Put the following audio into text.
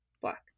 Black